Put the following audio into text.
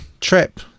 trip